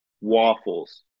waffles